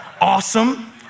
awesome